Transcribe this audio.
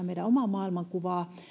meidän omaa maailmankuvaamme